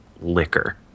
liquor